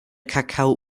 kakao